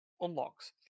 unlocks